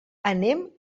anem